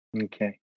Okay